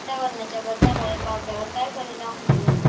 वातावरणाच्या बदलामुळे पावट्यावर काय परिणाम होतो?